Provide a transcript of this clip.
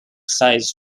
size